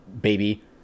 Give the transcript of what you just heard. baby